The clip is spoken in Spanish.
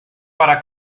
para